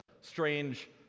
strange